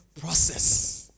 process